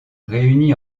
réuni